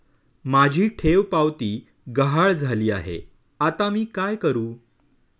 माझी ठेवपावती गहाळ झाली आहे, आता मी काय करु?